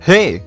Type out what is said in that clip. Hey